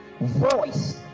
voice